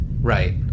right